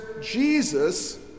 Jesus